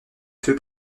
feu